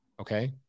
okay